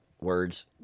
Words